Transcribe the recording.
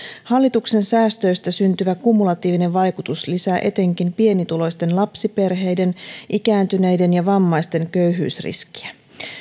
hallituksen säästöistä syntyvä kumulatiivinen vaikutus lisää etenkin pienituloisten lapsiperheiden ikääntyneiden ja vammaisten köyhyysriskiä